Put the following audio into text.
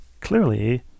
clearly